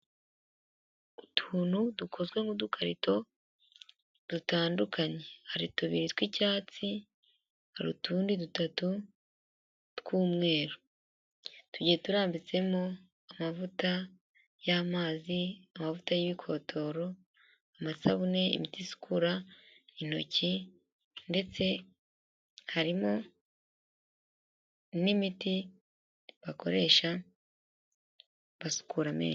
Utuntu dukozwe nk'udukarito dutandukanye, hari tubiri tw'icyatsi, hari utundi dutatu tw'umweru. tugiye turambitsemo amavuta y'amazi, amavuta y'ibikotoro, amasabune, imti isukura intoki ndetse harimo n'imiti bakoresha basukura amenyo.